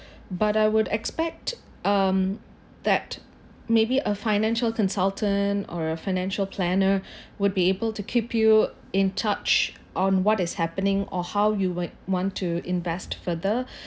but I would expect um that maybe a financial consultant or a financial planner would be able to keep you in touch on what is happening or how you might want to invest further